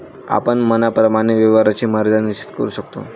आपण मनाप्रमाणे व्यवहाराची मर्यादा निश्चित करू शकतो